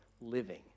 living